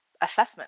assessment